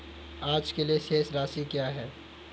आज के लिए शेष राशि क्या है?